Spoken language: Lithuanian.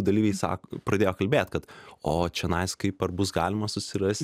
dalyviai sako pradėjo kalbėti kad o čionai kaip ar bus galima susirast